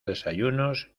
desayunos